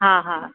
हा हा